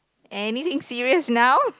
anything serious now